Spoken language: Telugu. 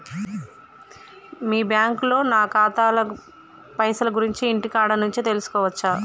మీ బ్యాంకులో నా ఖాతాల పైసల గురించి ఇంటికాడ నుంచే తెలుసుకోవచ్చా?